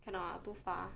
cannot ah too far